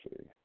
see